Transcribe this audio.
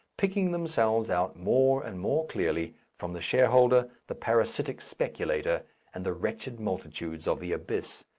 picking themselves out more and more clearly, from the shareholder, the parasitic speculator and the wretched multitudes of the abyss.